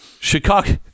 Chicago